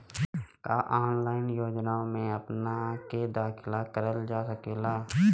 का ऑनलाइन योजनाओ में अपना के दाखिल करल जा सकेला?